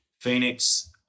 Phoenix